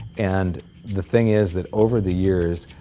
and the thing is that over the years,